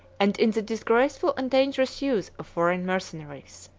and in the disgraceful and dangerous use of foreign mercenaries.